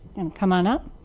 and come on up.